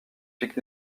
pique